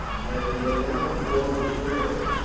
as we are now at war with france,